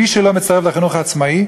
מי שלא מצטרף לחינוך העצמאי,